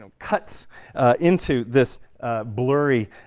cuts into this blurry,